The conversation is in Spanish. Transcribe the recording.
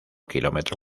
kilómetro